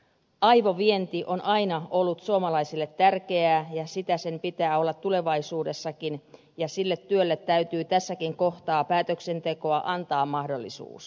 aivovienti on aina ollut suomalaisille tärkeää ja sitä sen pitää olla tulevaisuudessakin ja sille työlle täytyy tässäkin kohtaa päätöksentekoa antaa mahdollisuus